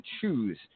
choose